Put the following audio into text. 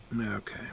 Okay